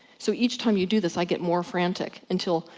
so, each time you do this, i get more frantic until,